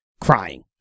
crying